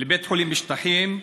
לבית חולים בשטחים ומת.